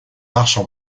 arches